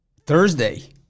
Thursday